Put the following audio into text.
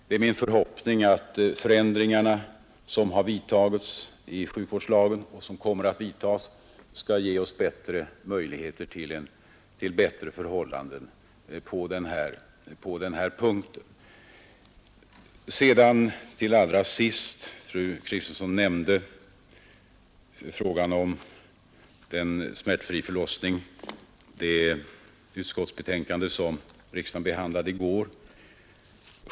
Det är min förhoppning att de förändringar som har vidtagits och som kommer att vidtas i sjukvårdslagen skall göra det möjligt att förbättra förhållandena på denna punkt. Slutligen nämnde fru Kristensson frägan om smärtfri förlossning som riksdagen tog ställning till i går, när socialutskottets betänkande nr 40 behandlades.